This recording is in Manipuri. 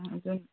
ꯑꯗꯨꯅ